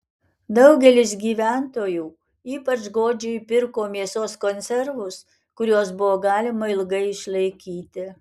daugelis gyventojų ypač godžiai pirko mėsos konservus kuriuos buvo galima ilgai išlaikyti